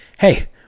Hey